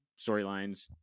storylines